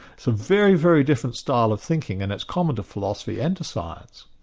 so very, very different style of thinking, and it's common to philosophy and to science.